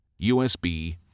USB